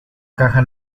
caja